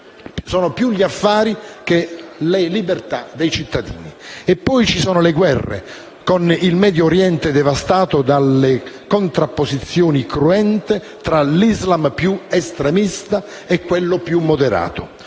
sono più gli affari che le libertà dei cittadini. Poi ci sono le guerre, con il Medio Oriente devastato dalle contrapposizioni cruente tra l'Islam più estremista e quello più moderato.